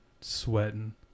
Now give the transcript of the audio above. sweating